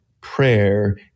prayer